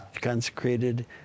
consecrated